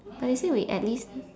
but they say we at least